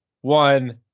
one